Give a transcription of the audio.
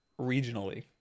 regionally